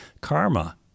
karma